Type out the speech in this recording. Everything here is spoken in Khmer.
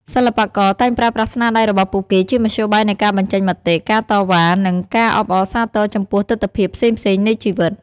សិល្បករតែងប្រើប្រាស់ស្នាដៃរបស់ពួកគេជាមធ្យោបាយនៃការបញ្ចេញមតិ ការតវ៉ា ឬការអបអរសាទរចំពោះទិដ្ឋភាពផ្សេងៗនៃជីវិត។